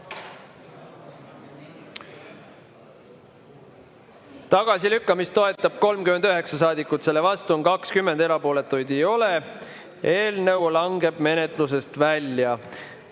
Tagasilükkamist toetab 39 saadikut, vastu on 20, erapooletuid ei ole. Eelnõu langeb menetlusest välja.